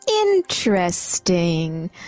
interesting